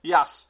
Yes